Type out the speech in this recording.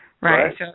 Right